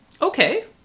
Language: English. Okay